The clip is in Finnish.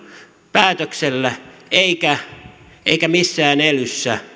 päätöksellä eikä missään elyssä